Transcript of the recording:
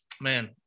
man